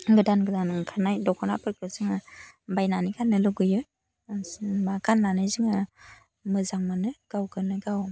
गोदान गोदान ओंखारनाय दख'नाफोरखौ जोङो बायनानै गान्नो लुगैयो गान्नानै जोङो मोजां मोनो गावखौनो गाव